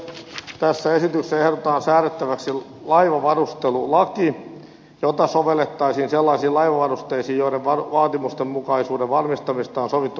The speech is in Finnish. tässä esityksessä ehdotetaan säädettäväksi laivavarustelaki jota sovellettaisiin sellaisiin laivavarusteisiin joiden vaatimustenmukaisuuden varmistamisesta on sovittu kansainvälisesti